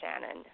Shannon